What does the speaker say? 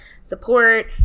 support